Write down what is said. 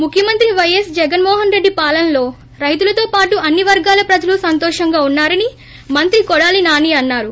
ముఖ్యమంత్రి పైఎస్ జగన్మోహన్రెడ్డి పాలనలో రైతులతో పాటు అన్ని వర్గాల ప్రజలు సంతోషంగా ఉన్నారని మంత్రి కొడాలి నాని అన్నారు